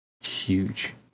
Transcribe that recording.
huge